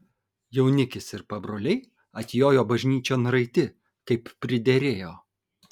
jaunikis ir pabroliai atjojo bažnyčion raiti kaip priderėjo